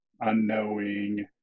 unknowing